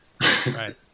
Right